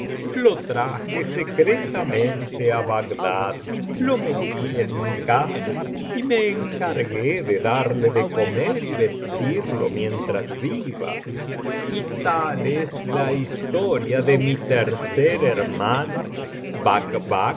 lo traje secretamente á bagdad lo metí en mi casa y me encargué de darle de comer y vestirlo mientras viva y tal es la historia de mi tercer hermano bacbac